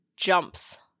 jumps